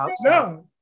No